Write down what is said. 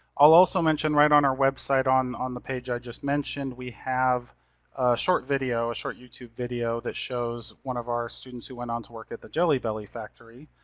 also mention right on our website on on the page i just mentioned we have a short video, a short youtube video that shows one of our students who went on to work at the jelly belly factory.